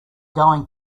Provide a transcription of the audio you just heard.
going